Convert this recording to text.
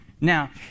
Now